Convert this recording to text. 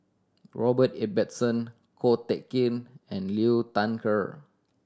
Robert Ibbetson Ko Teck Kin and Liu Thai Ker